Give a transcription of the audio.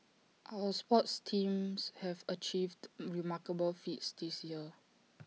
our sports teams have achieved remarkable feats this year